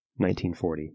1940